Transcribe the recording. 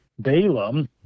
Balaam